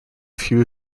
few